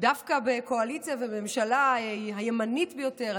דווקא בקואליציה ובממשלה הימנית ביותר,